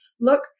look